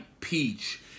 peach